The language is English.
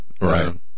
Right